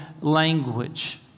language